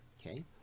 okay